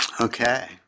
Okay